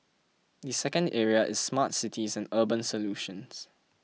the second area is smart cities and urban solutions